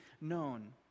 known